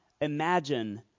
imagine